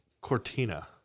Cortina